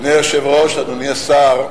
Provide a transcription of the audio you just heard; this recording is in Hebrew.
אדוני היושב-ראש, אדוני השר,